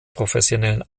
professionellen